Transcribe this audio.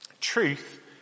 Truth